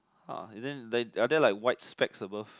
!huh! isn't it like are there like white specs above